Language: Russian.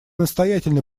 настоятельно